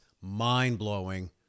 mind-blowing